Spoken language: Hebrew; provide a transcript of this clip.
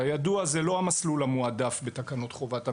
כידוע, זה לא המסלול המועדף בתקנות חובת המכרזים.